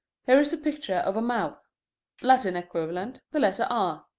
here is the picture of a mouth latin equivalent, the letter r.